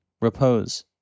repose